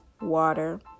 water